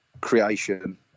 creation